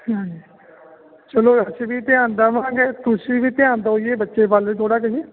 ਹਾਂਜੀ ਚਲੋ ਅਸੀਂ ਵੀ ਧਿਆਨ ਦੇਵਾਂਗੇ ਤੁਸੀਂ ਵੀ ਧਿਆਨ ਦਿਉ ਜੀ ਬੱਚੇ ਵੱਲ ਥੋੜ੍ਹਾ ਜਿਹਾ ਜੀ